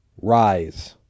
rise